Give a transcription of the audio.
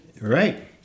Right